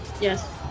Yes